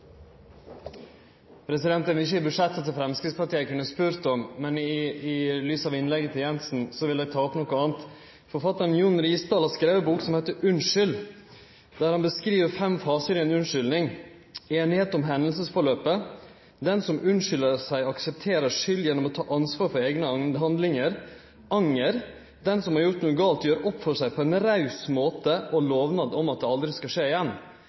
Det er mykje i budsjettet til Framstegspartiet eg kunne spurt om, men i lys av innlegget til representanten Jensen vil eg ta opp noko anna. Forfattaren Jon Risdal har skrive ei bok som heiter Unnskyld!. Der beskriv han ifølgje Ukeavisen Ledelse fem fasar i ei unnskyldning: «Enighet om hendelsesforløpet, den som unnskylder seg aksepterer skyld gjennom å ta ansvar for egne handlinger, anger, den som har gjort noe galt gjør opp for seg på en raus måte og lovnad om at det aldri skal skje igjen.»